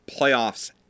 playoffs